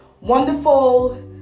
wonderful